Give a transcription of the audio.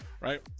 right